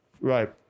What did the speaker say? Right